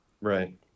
Right